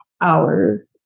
hours